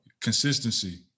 Consistency